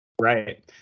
Right